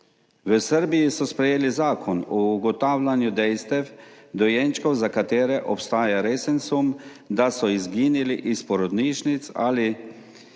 V Srbiji so sprejeli zakon o ugotavljanju dejstev o dojenčkih, za katere obstaja resen sum, da so izginili iz porodnišnic ali